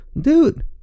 Dude